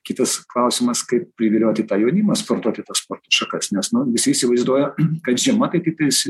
kitas klausimas kaip privilioti tą jaunimą sportuoti tas sporto šakas nes nu visi įsivaizduoja kad žiema tai tiktais